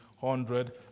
hundred